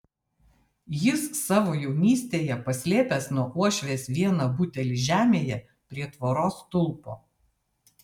jis savo jaunystėje paslėpęs nuo uošvės vieną butelį žemėje prie tvoros stulpo